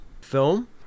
film